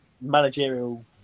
managerial